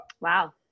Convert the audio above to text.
Wow